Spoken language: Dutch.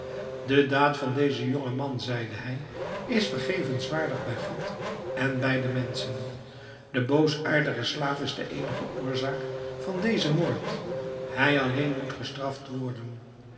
de daad van dezen jongen man zeide hij is vergevenswaardig bij god en bij de menschen de boosaardige slaaf is de eenige oorzaak van dezen moord hij alleen moet gestraft worden